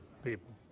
People